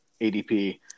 ADP